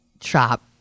shop